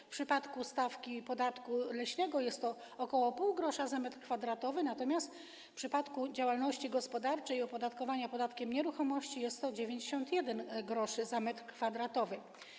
W przypadku stawki podatku leśnego jest to ok. 0,5 gr za metr kwadratowy, natomiast w przypadku działalności gospodarczej, opodatkowania podatkiem od nieruchomości jest to 91 gr za metr kwadratowy.